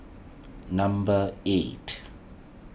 number eight